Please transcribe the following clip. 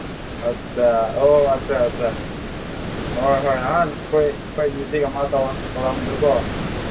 ꯑꯠꯁꯥ ꯑꯣ ꯑꯠꯁꯥ ꯑꯠꯁꯥ ꯍꯣꯏ ꯍꯣꯏ ꯅꯍꯥꯟ ꯑꯩꯈꯣꯏ ꯁ꯭ꯋꯥꯏꯒꯤ ꯃ꯭ꯌꯨꯖꯤꯛ ꯑꯃ ꯇꯧꯔꯝꯕꯗꯣꯀꯣ